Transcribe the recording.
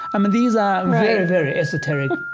i mean, these are very, very esoteric